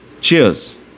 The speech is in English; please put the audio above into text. Cheers